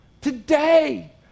Today